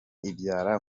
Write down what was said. ibyara